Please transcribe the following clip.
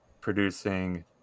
producing